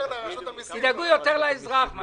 תדאגו יותר לאזרח.